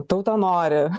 tauta nori